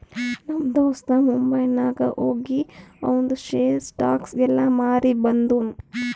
ನಮ್ ದೋಸ್ತ ಮುಂಬೈನಾಗ್ ಹೋಗಿ ಆವಂದ್ ಶೇರ್, ಸ್ಟಾಕ್ಸ್ ಎಲ್ಲಾ ಮಾರಿ ಬಂದುನ್